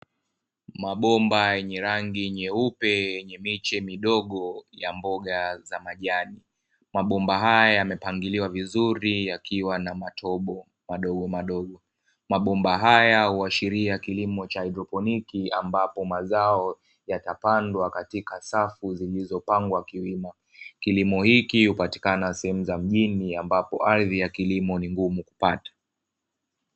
Mabomba yenye rangi nyeupe yenye miche midogo ya mboga za majani, mabomba haya yamepangiliwa vizuri yakiwa na matobo madogomadogo. Mabomba haya huashiria kilimo cha haidroponiki ambapo mazao yatapandwa katika safu zilizopangwa kiwima, kilimo hiki hupatikana sehemu za mjini ambapo ardhi ya kilimo ni ngumu kupata.